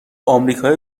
آمریکای